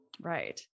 Right